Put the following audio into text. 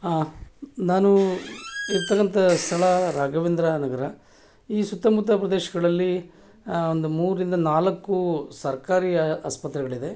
ಹಾಂ ನಾನು ಇರ್ತಕ್ಕಂಥ ಸ್ಥಳ ರಾಘವೇಂದ್ರ ನಗರ ಈ ಸುತ್ತಮುತ್ತ ಪ್ರದೇಶಗಳಲ್ಲಿ ಒಂದು ಮೂರರಿಂದ ನಾಲ್ಕು ಸರ್ಕಾರಿ ಆಸ್ಪತ್ರೆಗಳಿದೆ